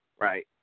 right